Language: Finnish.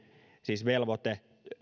siis